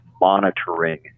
monitoring